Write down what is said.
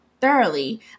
thoroughly